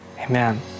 Amen